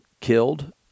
killed